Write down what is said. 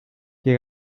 qué